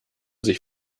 sich